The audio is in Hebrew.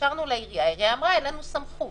התקשרנו לעירייה, היא אמרה: אין לנו סמכות.